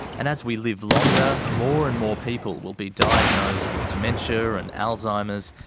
and as we live longer, more and more people will be diagnosed with dementia and alzheimer's,